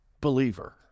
believer